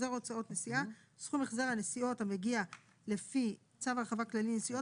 החזר הוצאות נסיעה "סכום החזר הנסיעות המגיע לפי צו ההרחבה הכללי לנסיעות